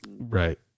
Right